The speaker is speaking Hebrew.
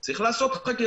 יש את האפליקציות,